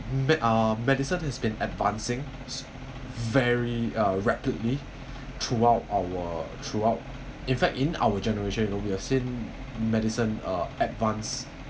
med~ uh medicine has been advancing very rapidly throughout our throughout in fact in our generation you know we've seen medicine uh advance